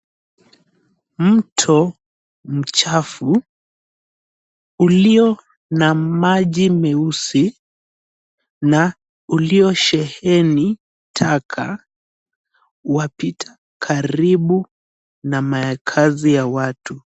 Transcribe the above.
Mto mchafu ulio na maji meusi na uliosheheni taka, wapita karibu na makazi ya watu.